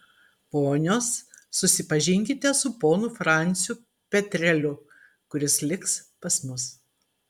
ponios susipažinkite su ponu franciu petreliu kuris liks pas mus